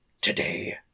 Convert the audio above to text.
today